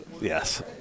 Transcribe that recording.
yes